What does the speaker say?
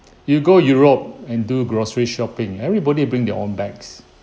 you go europe and do grocery shopping everybody bring their own bags